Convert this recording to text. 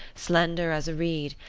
slender as a reed,